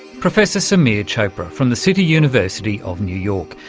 professor samir chopra from the city university of new york.